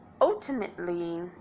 Ultimately